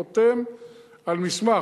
חותם על מסמך,